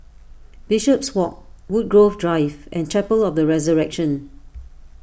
Bishopswalk Woodgrove Drive and Chapel of the Resurrection